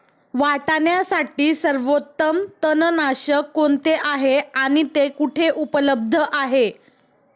वाटाण्यासाठी सर्वोत्तम तणनाशक कोणते आहे आणि ते कुठे उपलब्ध आहे?